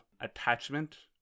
attachment